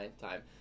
time